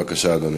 בבקשה, אדוני.